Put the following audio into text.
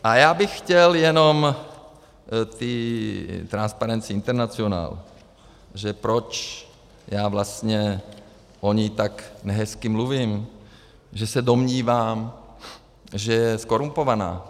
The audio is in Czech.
A já bych chtěl jenom k té Transparency International, proč vlastně o ní tak nehezky mluvím, že se domnívám, že je zkorumpovaná.